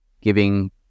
giving